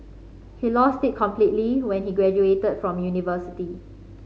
he lost it completely when he graduated from university